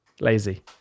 lazy